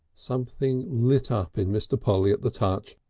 something lit up in mr. polly at the touch.